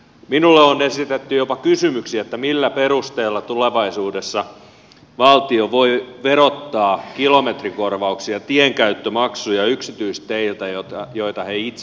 minulle on esitetty jopa kysymyksiä että millä perusteella tulevaisuudessa valtio voi verottaa kilometrikorvauksia ja tienkäyttömaksuja yksityisteiltä joita he itse ylläpitävät